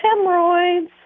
hemorrhoids